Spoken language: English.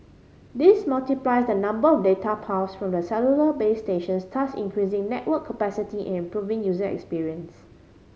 this multiplies the number of data paths from the cellular base stations thus increasing network capacity and improving user experience